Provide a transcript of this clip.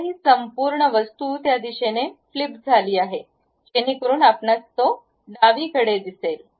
आता ती संपूर्ण वस्तू त्या दिशेने फ्लिप झाली आहे जेणेकरून आपणास तो डावीकडे दिसेल